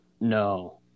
no